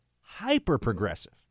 Hyper-progressive